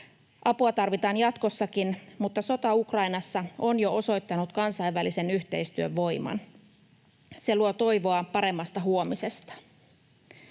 Apua tarvitaan jatkossakin, mutta sota Ukrainassa on jo osoittanut kansainvälisen yhteistyön voiman. Se luo toivoa paremmasta huomisesta.